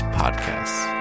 podcasts